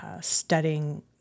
Studying